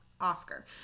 Oscar